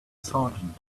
sergeant